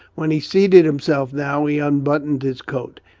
when he seated himself now, he unbuttoned his coat,